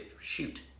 shoot